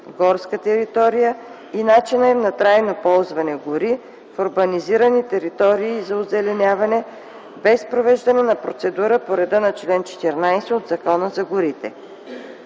„горска територия”, и начинът им на трайно ползване – „гори”, в „урбанизирани територии” – „за озеленяване”, без провеждане на процедура по реда на чл. 14 от Закона за горите.